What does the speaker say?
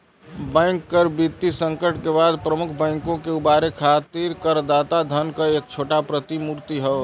bank कर वित्तीय संकट के बाद प्रमुख बैंक के उबारे खातिर करदाता धन क एक छोटा प्रतिपूर्ति हौ